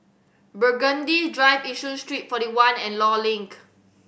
Burgundy Drive Yishun Street Forty One and Law Link